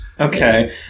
Okay